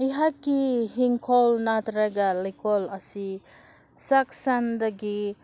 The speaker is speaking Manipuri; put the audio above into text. ꯑꯩꯍꯥꯛꯀꯤ ꯏꯪꯈꯣꯜ ꯅꯠꯇ꯭ꯔꯒ ꯂꯩꯀꯣꯜ ꯑꯁꯤ ꯆꯥꯛꯁꯪꯗꯒꯤ